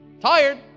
Tired